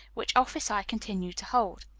which office i continue to hold.